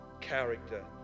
character